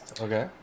Okay